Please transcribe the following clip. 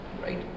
Right